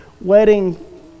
wedding